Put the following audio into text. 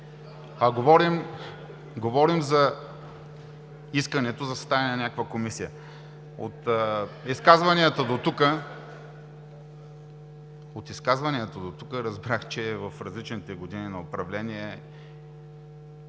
Говорим за искането за съставяне на някаква комисия. От изказванията дотук разбрах, че в различните години на управление